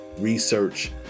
Research